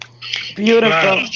Beautiful